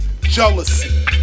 jealousy